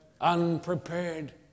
Unprepared